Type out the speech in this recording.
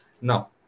Now